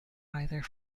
either